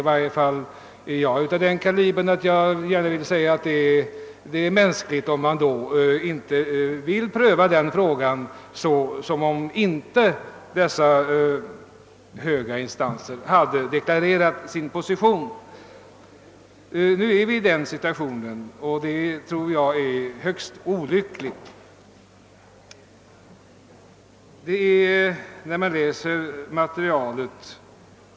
I varje fall är det mänskligt att man inte prövar den här frågan på samma sätt som om dessa höga instanser inte hade deklarerat sin position. Nu är vi i den situationen, och det tror jag är högst olyckligt.